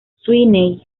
sweeney